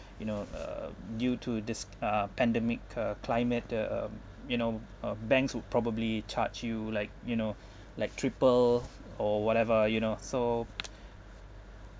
you know uh due to this uh pandemic uh climate the um you know um banks would probably charge you like you know like triple or whatever you know so